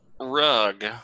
rug